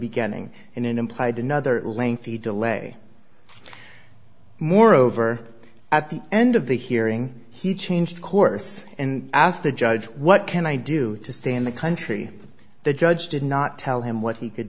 beginning in an implied another lengthy delay moreover at the end of the hearing he changed course and asked the judge what can i do to stay in the country the judge did not tell him what he could